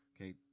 Okay